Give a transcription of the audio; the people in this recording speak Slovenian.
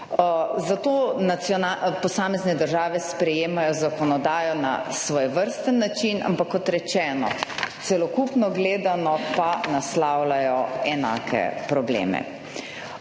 Zato posamezne države sprejemajo zakonodajo na svojevrsten način, ampak kot rečeno, celokupno gledano pa naslavljajo enake probleme.